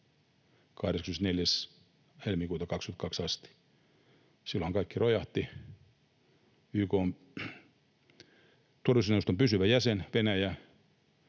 2022 asti — silloinhan kaikki rojahti. YK:n turvallisuusneuvoston pysyvä jäsen Venäjä,